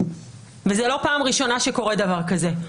וזו לא פעם ראשונה שקורה דבר כזה,